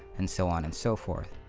and so on and so forth.